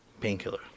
Painkiller